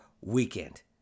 Weekend